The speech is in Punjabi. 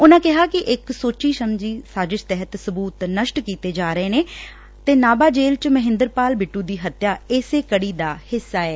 ਉਨੂਾਂ ਕਿਹਾ ਕਿ ਇਕ ਸੋਚੀ ਸਮਝੀ ਸਾਜਿਸ਼ ਤਹਿਤ ਸਬੂਤ ਨਸ਼ਟ ਕੀਤੇ ਜਾ ਰਹੇ ਨੇ ਨਾਭਾ ਜੇਲੁ ਚ ਮਹਿੰਦਰਪਾਲਂ ਬਿੱਟੂ ਦੀ ਹੱਤਿਆ ਇਸੇ ਕਡੀ ਦਾ ਹਿੱਸਾ ਐ